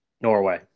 Norway